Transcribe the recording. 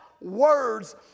words